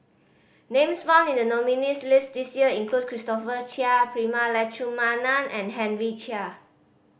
names found in the nominees' list this year include Christopher Chia Prema Letchumanan and Henry Chia